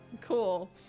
Cool